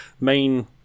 main